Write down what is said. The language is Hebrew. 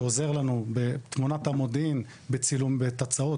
שעוזר לנו בתמונת המודיעין ובתצ"אות,